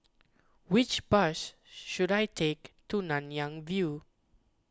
which bus should I take to Nanyang View